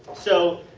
so,